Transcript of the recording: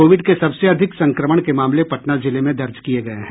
Covid के सबसे अधिक संक्रमण के मामले पटना जिले में दर्ज किये गये हैं